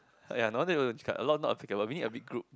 ya no wonder not able to discuss a lot not applicable we need a big group